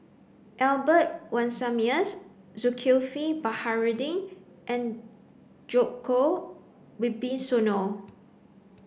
Albert Winsemius Zulkifli Baharudin and Djoko Wibisono